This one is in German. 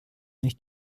nicht